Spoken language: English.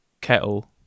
kettle